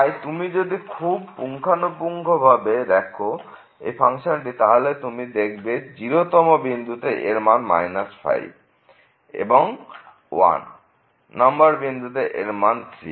তাই তুমি যদি খুব পুঙ্খানুপুঙ্খভাবে দেখো এই ফাংশনকে তাহলে তুমি দেখবে 0 তম বিন্দুতে এর মান 5 এবং 1 নম্বর বিন্দুতে আমরা এর মান পাব 3